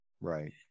Right